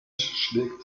schlägt